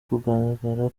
kugaragara